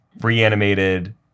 reanimated